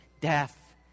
death